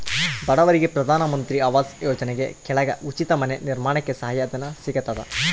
ಬಡವರಿಗೆ ಪ್ರಧಾನ ಮಂತ್ರಿ ಆವಾಸ್ ಯೋಜನೆ ಕೆಳಗ ಉಚಿತ ಮನೆ ನಿರ್ಮಾಣಕ್ಕೆ ಸಹಾಯ ಧನ ಸಿಗತದ